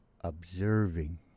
Observing